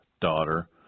daughter